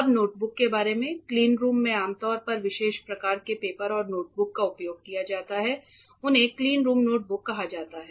अब नोटबुक के बारे में क्लीनरूम में आमतौर पर विशेष प्रकार के पेपर और नोटबुक का उपयोग किया जाता है उन्हें क्लीनरूम नोटबुक कहा जाता है